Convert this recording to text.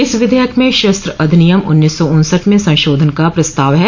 इस विधेयक में शस्त्र अधिनियम उन्नीस सौ उनसठ में संशोधन का प्रस्ताव है